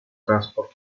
transport